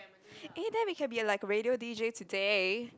eh then we can be like a radio D_J today